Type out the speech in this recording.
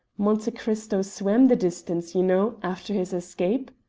monte cristo swam the distance, you know, after his escape.